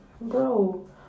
bro